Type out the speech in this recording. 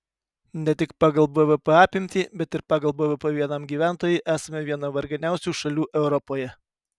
ne tik pagal bvp apimtį bet ir pagal bvp vienam gyventojui esame viena varganiausių šalių europoje